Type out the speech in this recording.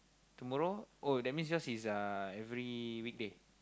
tomorrow oh that means yours is uh every weekday